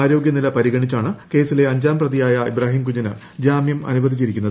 ആരോഗ്യനില പരിഗണിച്ചാണ് കേസിലെ അഞ്ചാം പ്രതിയായ ഇബ്രാഹിംകുഞ്ഞിന് ജാമൃം അനുവദിച്ചി രിക്കുന്നത്